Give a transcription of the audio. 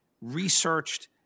researched